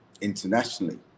internationally